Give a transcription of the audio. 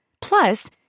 Plus